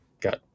got